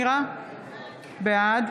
בעד